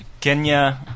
Kenya